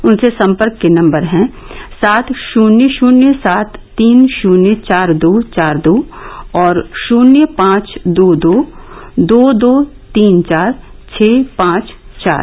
उनसे संपर्क के नम्बर है सात शुन्य शुन्य सात तीन शुन्य चार दो चार दो और शुन्य पांच दो दो दो दो तीन चार छः पांच चार